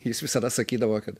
jis visada sakydavo kad